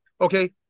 Okay